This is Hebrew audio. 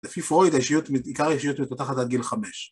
לפי פרויד, עיקר האישיות מפותחת עד גיל חמש